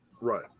Right